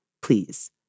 please